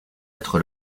être